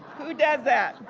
who does that?